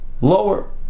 lower